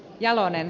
jalonen